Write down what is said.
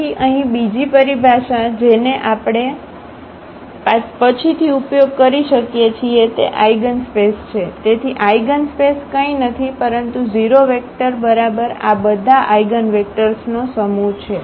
તેથી અહીં બીજી પરિભાષા જેનો આપણે પછીથી ઉપયોગ કરી શકીએ છીએ તે આઇગનસ્પેસ છે તેથી આઇગનસ્પેસ કંઈ નથી પરંતુ 0 વેક્ટર બરાબર આ બધા આઇગનવેક્ટર્સનો સમૂહ છે